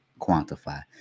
quantify